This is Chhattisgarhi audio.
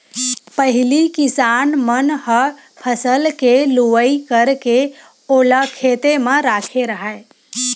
पहिली किसान मन ह फसल के लुवई करके ओला खेते म राखे राहय